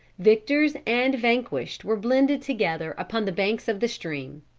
victors and vanquished were blended together upon the banks of the stream.